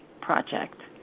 project